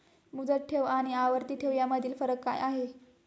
मुदत ठेव आणि आवर्ती ठेव यामधील फरक काय आहे?